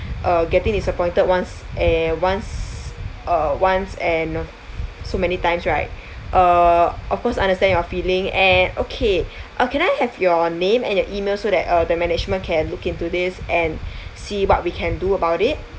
uh getting disappointed once eh once uh once and so many times right uh of course understand your feeling and okay uh can I have your name and your email so that uh the management can look into this and see what we can do about it